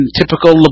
typical